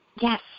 Yes